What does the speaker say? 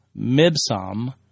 Mibsam